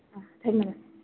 অঁ ধন্যবাদ